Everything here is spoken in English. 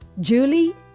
Julie